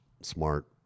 smart